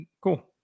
cool